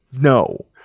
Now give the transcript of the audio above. no